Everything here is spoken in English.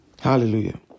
hallelujah